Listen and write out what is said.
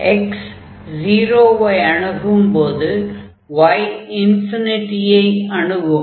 x 0 ஐ அணுகும்போது y ஐ அணுகும்